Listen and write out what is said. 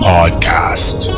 Podcast